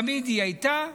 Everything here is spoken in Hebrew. תמיד היא הייתה.